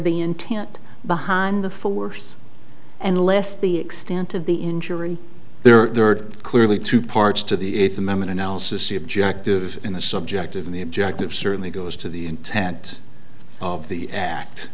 being intent behind the force and less the extent of the injury there are clearly two parts to the eighth amendment analysis the objective in the subjective in the objective certainly goes to the intent of the act